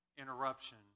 interruption